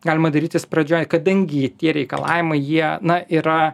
galima darytis pradžioj kadangi tie reikalavimai jie na yra